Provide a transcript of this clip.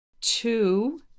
two